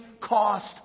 cost